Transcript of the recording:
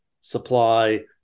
supply